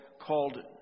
called